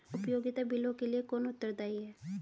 उपयोगिता बिलों के लिए कौन उत्तरदायी है?